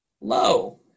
Low